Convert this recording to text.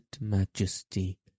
majesty